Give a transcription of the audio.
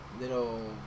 little